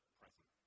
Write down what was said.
present